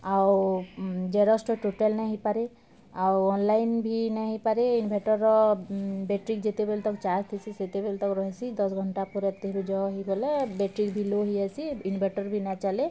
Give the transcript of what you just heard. ଆଉ ଜେରକ୍ସ୍ ତ ଟୋଟାଲ୍ ନାଇଁ ହେଇପାରେ ଆଉ ଅନ୍ଲାଇନ୍ ଭି ନାଇଁ ହେଇପାରେ ଇନଭେଟର୍ର ବ୍ୟାଟେରୀ ଯେତେବେଲ୍ ତକ୍ ଚାର୍ଜ୍ ଥିସି ସେତେବେଲ୍ ତକ୍ ରହିସି ଦଶ୍ ଘଣ୍ଟା ପରେ ବ୍ୟାଟେରୀ ବି ଲୋ ହେଇଯାଇସି ଇନଭେଟର୍ ବି ନାଇଁ ଚାଲେ